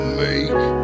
make